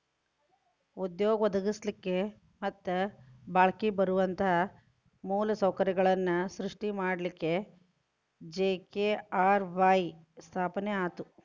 ಉದ್ಯೋಗ ಒದಗಸ್ಲಿಕ್ಕೆ ಮತ್ತ ಬಾಳ್ಕಿ ಬರುವಂತ ಮೂಲ ಸೌಕರ್ಯಗಳನ್ನ ಸೃಷ್ಟಿ ಮಾಡಲಿಕ್ಕೆ ಜಿ.ಕೆ.ಆರ್.ವಾಯ್ ಸ್ಥಾಪನೆ ಆತು